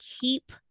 keep